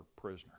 prisoner